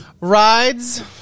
rides